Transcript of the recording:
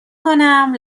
کنم